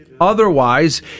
Otherwise